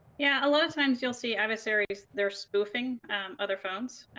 yeah, a lot of times you'll see adversaries, they're spoofing other phones.